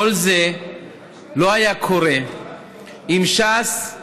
כל זה לא היה קורה אם ש"ס,